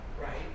Right